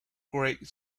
great